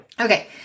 Okay